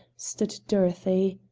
stood dorothy.